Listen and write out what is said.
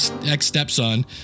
ex-stepson